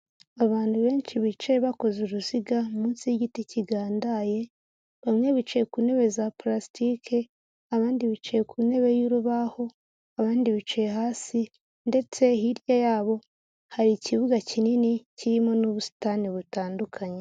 Abantu benshi bicaye bakoze uruziga munsi y'igiti kigandaye, bamwe bicaye ku ntebe za pulastike, abandi bicaye ku ntebe y'urubaho, abandi bicaye hasi ndetse hirya yabo hari ikibuga kinini kirimo n'ubusitani butandukanye.